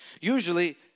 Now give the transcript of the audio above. Usually